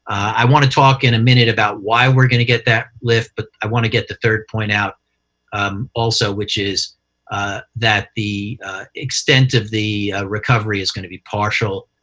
i want to talk in a minute about why we're going to get that lift, but i want to get the third point out also, which is that the extent of the recovery is going to be partial,